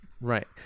Right